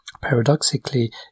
Paradoxically